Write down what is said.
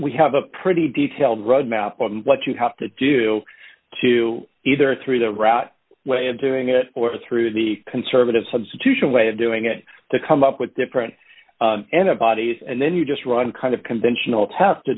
we have a pretty detailed road map of what you have to do to either through the route way of doing it or through the conservative substitution way of doing it to come up with different antibodies and then you just run kind of conventional tests to